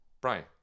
Brian